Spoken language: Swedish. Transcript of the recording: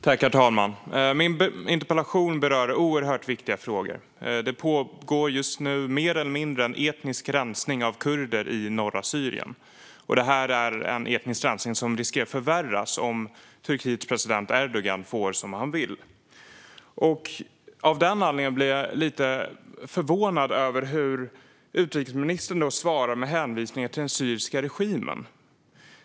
Herr talman! Min interpellation berör oerhört viktiga frågor. Det pågår just nu mer eller mindre en etnisk rensning av kurder i norra Syrien. Det är en etnisk rensning som riskerar att förvärras om Turkiets president Erdogan får som han vill. Av den anledningen blir jag lite förvånad över hur utrikesministern svarar med hänvisningar till den syriska regimen.